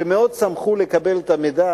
שמאוד שמחו לקבל את המידע